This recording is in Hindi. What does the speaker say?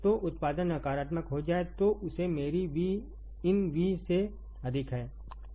तो उत्पादन नकारात्मक हो जाए तो उसे मेरी VinV से अधिक है